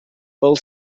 pel